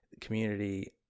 community